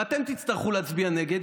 ואתם תצטרכו להצביע נגד,